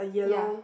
ya